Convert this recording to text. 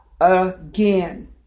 again